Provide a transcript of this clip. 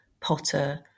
Potter